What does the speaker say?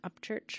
Upchurch